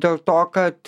dėl to kad